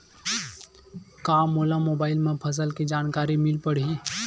का मोला मोबाइल म फसल के जानकारी मिल पढ़ही?